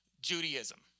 Judaism